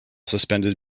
suspended